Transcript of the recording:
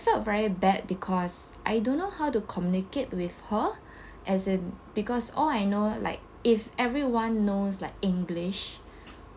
felt very bad because I don't know how to communicate with her as in because all I know like if everyone knows like english